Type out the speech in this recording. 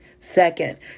Second